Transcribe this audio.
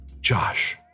Josh